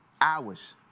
hours